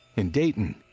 in dayton,